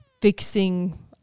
fixing